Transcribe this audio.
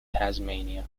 tasmania